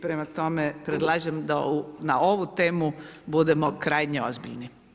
Prema tome predlažem da na ovu temu budemo krajnje ozbiljni.